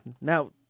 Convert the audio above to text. Now